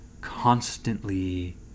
constantly